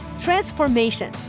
Transformation